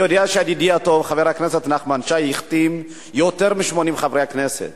אני יודע שידידי הטוב חבר הכנסת נחמן שי החתים יותר מ-80 חברי כנסת.